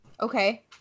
okay